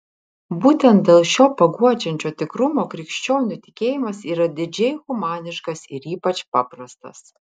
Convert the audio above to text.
būtent dėl šio paguodžiančio tikrumo krikščionių tikėjimas yra didžiai humaniškas ir ypač paprastas